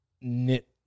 knit